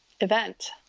event